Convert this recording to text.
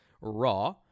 Raw